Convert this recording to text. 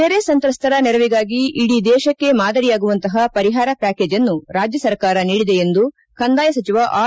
ನೆರೆ ಸಂತ್ರಸ್ತರ ನೆರವಿಗಾಗಿ ಇಡೀ ದೇಶಕ್ಕೆ ಮಾದರಿಯಾಗುವಂತಪ ಪರಿಹಾರ ಪ್ಯಾಕೇಜ್ ಅನ್ನು ರಾಜ್ಯ ಸರ್ಕಾರ ನೀಡಿದೆ ಎಂದು ಕಂದಾಯ ಸಚಿವ ಆರ್